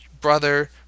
brother